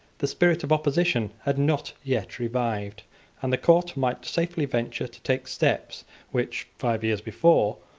the spirit of opposition had not yet revived and the court might safely venture to take steps which, five years before,